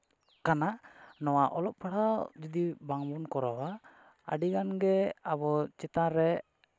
ᱠᱟᱱᱟ ᱱᱚᱣᱟ ᱚᱞᱚᱜ ᱯᱟᱲᱦᱟᱣ ᱡᱩᱫᱤ ᱵᱟᱝᱵᱚᱱ ᱠᱚᱨᱟᱣᱟ ᱟᱹᱰᱤᱜᱟᱱ ᱜᱮ ᱟᱵᱚ ᱪᱮᱛᱟᱱ ᱨᱮ